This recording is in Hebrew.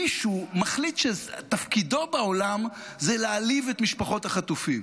מישהו מחליט שתפקידו בעולם זה להעליב את משפחות החטופים